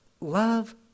love